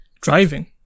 Driving